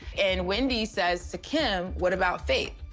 and wendy says to kim, what about faith?